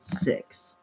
Six